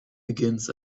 begins